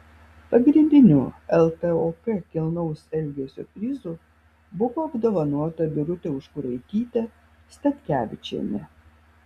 pagrindiniu ltok kilnaus elgesio prizu buvo apdovanota birutė užkuraitytė statkevičienė